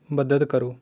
ਮਦਦ ਕਰੋ